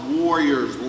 warriors